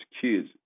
kids